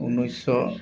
ঊনৈছশ